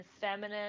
feminine